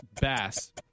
bass